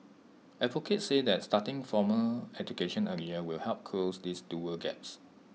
advocates say that starting formal education earlier will help close these dual gaps